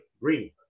Green